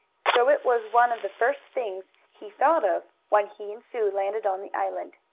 so it was one of the first things he thought of when he and sue landed on the island.